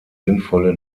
sinnvolle